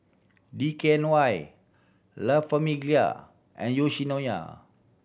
D K N Y La Famiglia and Yoshinoya